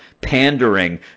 pandering